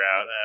out